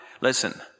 Listen